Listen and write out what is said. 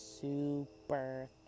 super